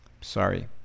Sorry